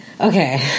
okay